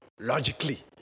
Logically